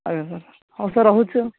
ଆଜ୍ଞା ସାର୍ ହଉ ସାର୍ ରହୁଛି ଆଉ